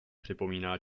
připomíná